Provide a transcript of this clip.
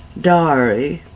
diary,